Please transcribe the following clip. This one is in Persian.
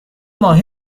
ماهی